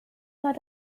hat